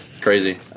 crazy